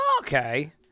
okay